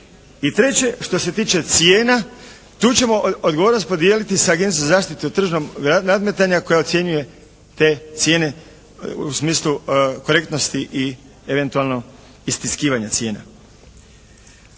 treće što se tiče cijena, tu ćemo odgovornost podijeliti sa Agencijom za zaštitu tržnog nadmetanja koja ocjenjuje te cijene u smislu korektnosti i eventualno istiskivanja cijena.